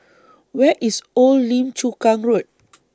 Where IS Old Lim Chu Kang Road